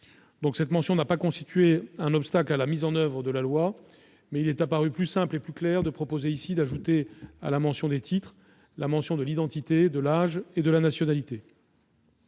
Cette mention n'a pas constitué un obstacle à la mise en oeuvre de la loi, mais il est apparu plus simple et plus clair d'ajouter à la mention des titres celles de l'identité, de l'âge et de la nationalité.